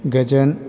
गोजोन